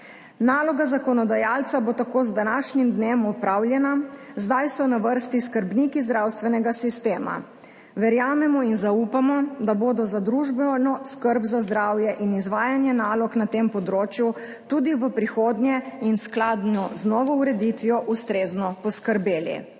Naloga zakonodajalca bo tako z današnjim dnem opravljena. Zdaj so na vrsti skrbniki zdravstvenega sistema. Verjamemo in zaupamo, da bodo za družbeno skrb za zdravje in izvajanje nalog na tem področju tudi v prihodnje in skladno z novo ureditvijo ustrezno poskrbeli.